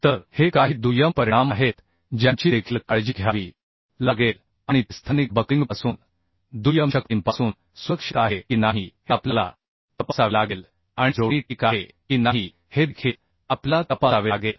तर हे काही दुय्यम परिणाम आहेत ज्यांची देखील काळजी घ्यावी लागेल आणि ते स्थानिक बक्लिंगपासून दुय्यम शक्तींपासून सुरक्षित आहे की नाही हे आपल्याला तपासावे लागेल आणि जोडणी ठीक आहे की नाही हे देखील आपल्याला तपासावे लागेल